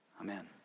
amen